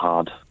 Hard